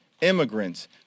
immigrants